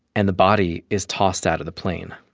and the body is tossed out of the plane.